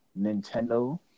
Nintendo